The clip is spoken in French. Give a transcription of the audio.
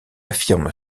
affirme